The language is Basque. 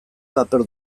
paper